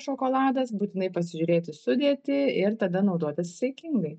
šokoladas būtinai pasižiūrėti sudėtį ir tada naudoti saikingai